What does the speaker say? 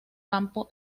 campo